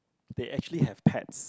they actually have pets